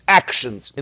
actions